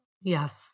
Yes